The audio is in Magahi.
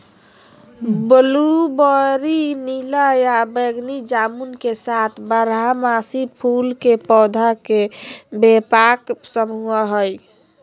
ब्लूबेरी नीला या बैगनी जामुन के साथ बारहमासी फूल के पौधा के व्यापक समूह हई